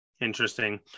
Interesting